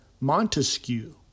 Montesquieu